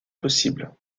possibles